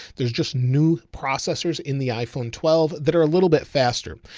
there's just new processors in the iphone twelve that are a little bit faster.